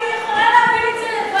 היא יכולה להבין את זה לבד.